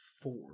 four